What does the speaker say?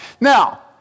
Now